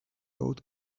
old